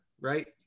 Right